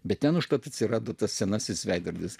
bet ten užtat atsirado tas senasis veidrodis